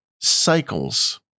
cycles